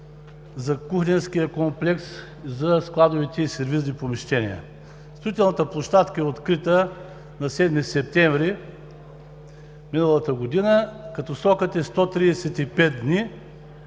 за кухненския комплекс, за складовите и сервизни помещения. Строителната площадка е открита на 7 септември миналата година, като срокът е 135 дни,